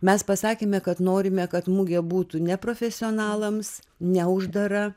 mes pasakėme kad norime kad mugė būtų ne profesionalams ne uždara